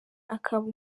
akaba